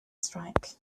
strike